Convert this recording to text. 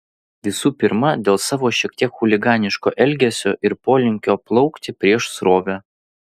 visų pirma dėl savo šiek tiek chuliganiško elgesio ir polinkio plaukti prieš srovę